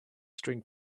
string